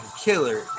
Killer